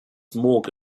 morgan